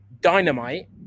Dynamite